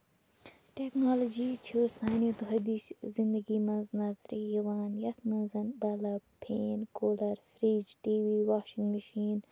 technology چھُ سانہِ دۄہ دِش زِندگی منٛز نَظرِ یِوان یَتھ منٛز bulb fan cooler fridge TV washing machine